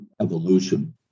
evolution